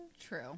true